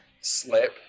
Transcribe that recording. slip